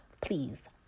Please